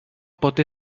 pot